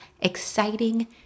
exciting